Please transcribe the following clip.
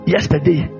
Yesterday